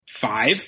five